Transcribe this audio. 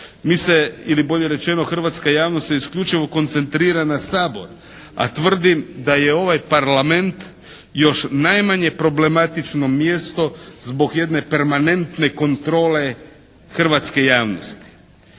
hrvatska javnost se isključivo koncentrira na Sabor, a tvrdim da je ovaj Parlament još najmanje problematično mjesto zbog jedne permanentne kontrole hrvatske javnosti.